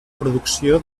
producció